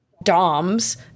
doms